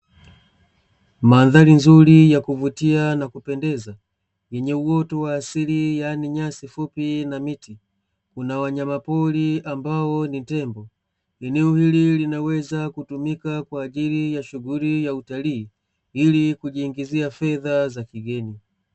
Mandhari nzuri ya kuvutia na kupendeza yenye uoto wa asili yaani nyasi fupi na miti una wanyama pori ambao ni tembo. Eneo hili linaweza kutumika kwa ajili ya shughuli ya utalii ili kujihingizia fedha za kigeni.